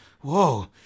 whoa